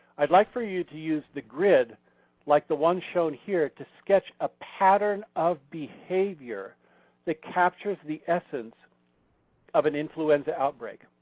i'd like for you to use the grid like the one shown here to sketch a pattern of behavior that captures the essence of an influenza outbreak.